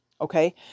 okay